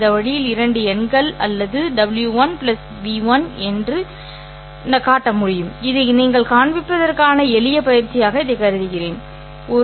இந்த வழியில் இரண்டு எண்கள் அல்லது w1 v1 எனவே நீங்கள் காட்ட முடியும் இதை நீங்கள் காண்பிப்பதற்கான எளிய பயிற்சியாக இதை தருகிறேன் துணை